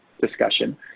discussion